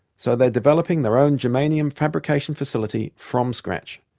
so they are developing their own germanium fabrication facility from scratch.